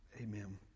amen